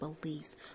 beliefs